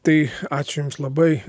tai ačiū jums labai